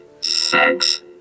sex